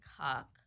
cock